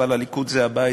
אבל הליכוד זה הבית.